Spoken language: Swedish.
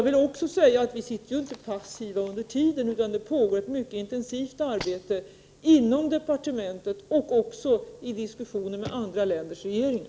Vi sitter inte passiva under tiden i regeringen, utan det pågår ett mycket intensivt arbete inom departementet och diskussioner med andra länders regeringar.